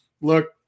Look